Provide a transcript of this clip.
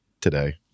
today